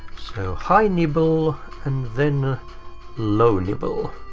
so high nibble and then low nibble.